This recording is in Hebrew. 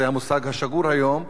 זה המושג השגור היום,